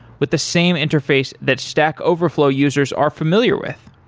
with the same interface that stack overflow users are familiar with.